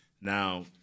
Now